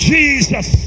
Jesus